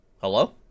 Hello